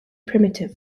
primitive